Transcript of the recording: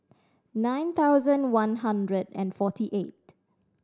nine thousand one hundred and forty eight